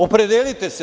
Opredelite se.